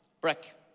brick